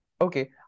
Okay